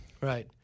Right